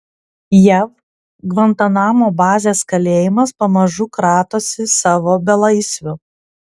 jav gvantanamo bazės kalėjimas pamažu kratosi savo belaisvių